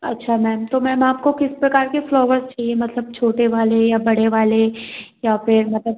अच्छा मैम तो मैम आपको किस प्रकार के फ्लोवर्स चाहिए मतलब छोटे वाले या बड़े वाले या फिर मतलब